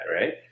right